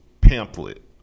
pamphlet